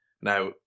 Now